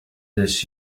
this